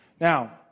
Now